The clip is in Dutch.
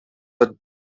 het